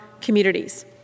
communities